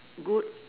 good